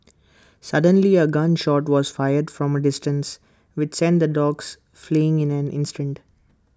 suddenly A gun shot was fired from A distance which sent the dogs fleeing in an instant